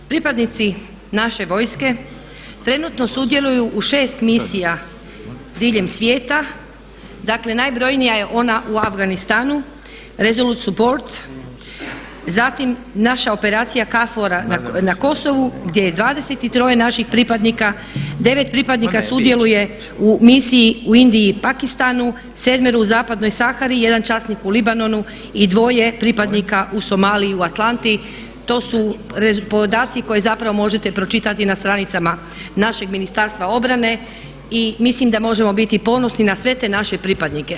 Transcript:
Pripadnici naše vojske trenutno sudjeluju u šest misija diljem svijeta, dakle najbrojnija je ona u Afganistanu „Resolute support“, zatim naša operacija KFOR-a na Kosovu gdje je 23 naših pripadnika, 9 pripadnika sudjeluje u misiji u Indiji i Pakistanu, 7 u Zapadnoj Sahari i 1 časnik u Libanonu i 2 pripadnika u Somaliji u ATALANTA-i to su podaci koje možete pročitati na stranicama našeg Ministarstva obrane i mislim da možemo biti ponosni na sve te naše pripadnike.